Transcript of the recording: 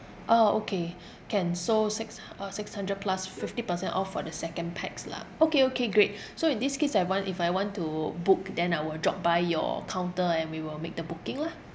ah okay can so six uh six hundred plus fifty percent off for the second pax lah okay okay great so in this case I want if I want to book then I will drop by your counter and we will make the booking lah